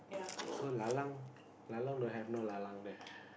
so lalang don't have no lalang there